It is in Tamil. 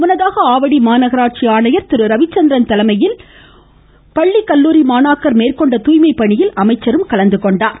முன்னதாக ஆவடி மாநகராட்சி ஆணையர் திருரவிச்சந்திரன் தலைமையில் பள்ளி மாணாக்கர் மேற்கொண்ட தூய்மைப் பணியில் அமைச்சரும் கலந்து கொண்டார்